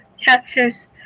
captures